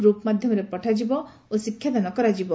group ମାଧ୍ୟମରେ ପଠାଯିବ ଓ ଶିକ୍ଷାଦାନ କରାଯିବ